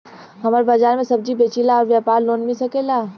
हमर बाजार मे सब्जी बेचिला और व्यापार लोन मिल सकेला?